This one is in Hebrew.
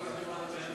חבר הכנסת נחמן שי,